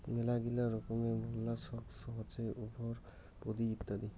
মেলাগিলা রকমের মোল্লাসক্স হসে উভরপদি ইত্যাদি